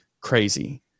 crazy